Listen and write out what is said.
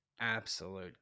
absolute